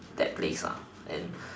that place ah and